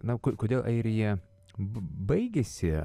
na kodėl airija baigėsi